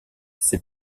ces